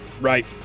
Right